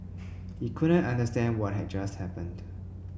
he couldn't understand what had just happened